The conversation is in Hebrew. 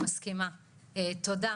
מסכימה, תודה.